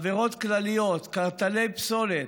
עבירות כלכליות, קרטלי פסולת,